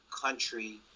country